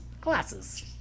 glasses